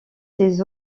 ses